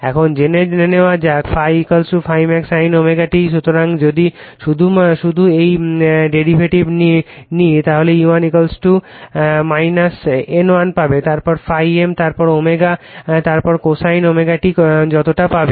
এখন জেনে নেওয়া যাক ∅∅ max sin ω t সুতরাং যদি শুধু এর ডেরিভেটিভ নিই তাহলে E1 N1 পাবে তারপর ∅ m তারপর ω তারপর কোসাইন ω t যতটা পাবে